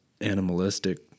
animalistic